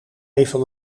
even